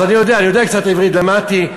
אז אני יודע, יודע קצת עברית, למדתי.